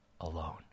alone